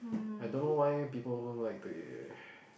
I don't know why people don't like the